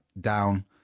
down